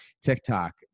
TikTok